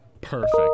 Perfect